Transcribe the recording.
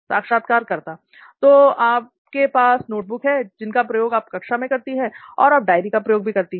साक्षात्कारकर्ता तो आपके पास नोटबुक हैं जिनका प्रयोग आप कक्षा में करती हैं और आप डायरी का भी प्रयोग करती हैं